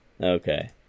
okay